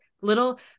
little